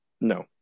No